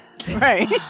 right